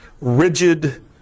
rigid